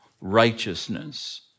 righteousness